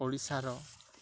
ଓଡ଼ିଶାର